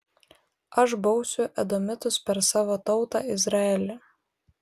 aš bausiu edomitus per savo tautą izraelį